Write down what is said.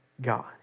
God